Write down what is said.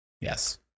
yes